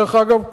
דרך אגב,